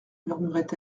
murmurait